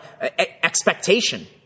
expectation